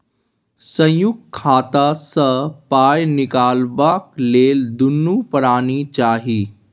संयुक्त खाता सँ पाय निकलबाक लेल दुनू परानी चाही